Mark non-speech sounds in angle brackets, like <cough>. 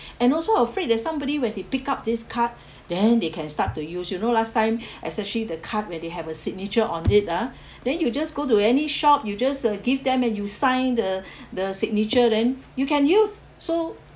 and also afraid that somebody when they pick up this card then they can start to use you know last time <breath> especially the card where they have a signature on it ah <breath> then you just go to any shop you just uh give them and you sign the <breath> the signature then you can use so